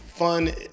fun